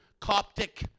Coptic